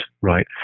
right